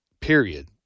period